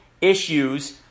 issues